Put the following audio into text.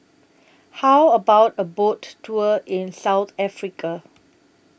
How about A Boat Tour in South Africa